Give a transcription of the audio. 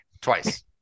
Twice